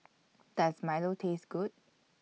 Does Milo Taste Good